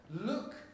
Look